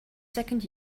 second